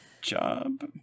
job